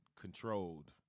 controlled